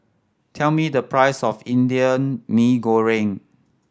tell me the price of Indian Mee Goreng